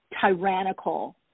tyrannical